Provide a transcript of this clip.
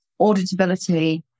auditability